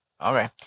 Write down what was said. Okay